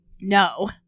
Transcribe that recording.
No